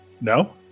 No